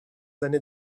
années